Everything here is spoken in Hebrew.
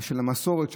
של המסורת,